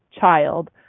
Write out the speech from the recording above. child